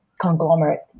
conglomerate